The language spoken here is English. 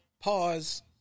Pause